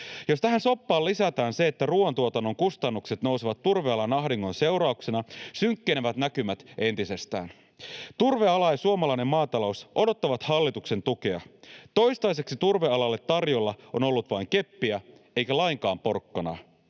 Jos tähän soppaan lisätään se, että ruoantuotannon kustannukset nousevat turvealan ahdingon seurauksena, synkkenevät näkymät entisestään. Turveala ja suomalainen maatalous odottavat hallituksen tukea. Toistaiseksi turvealalle tarjolla on ollut vain keppiä eikä lainkaan porkkanaa.